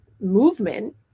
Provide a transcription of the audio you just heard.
movement